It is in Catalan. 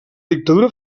dictadura